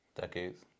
Decades